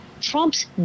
Trump's